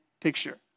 picture